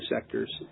sectors